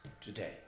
today